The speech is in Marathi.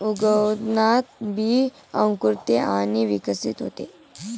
उगवणात बी अंकुरते आणि विकसित होते